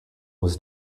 was